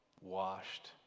washed